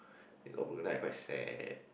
its all broken then I quite sad